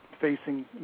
facing